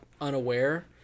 unaware